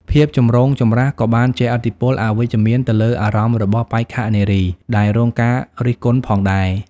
ភាពចម្រូងចម្រាសក៏បានជះឥទ្ធិពលអវិជ្ជមានទៅលើអារម្មណ៍របស់បេក្ខនារីដែលរងការរិះគន់ផងដែរ។